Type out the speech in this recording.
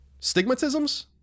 Stigmatisms